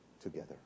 together